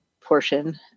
portion